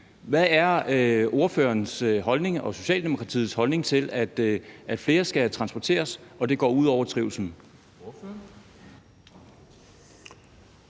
Hvad er ordførerens og Socialdemokratiets holdning til, at flere skal transporteres, og at det går ud over trivslen?